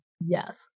yes